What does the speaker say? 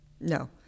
No